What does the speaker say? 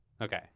Okay